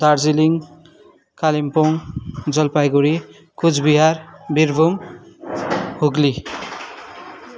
Darjeeling Kalimpong Jalpaiguri Cooch Behar Birbhum Hooghly